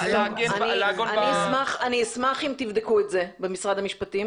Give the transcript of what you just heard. אני אשמח אם תבדקו את זה במשרד המשפטים,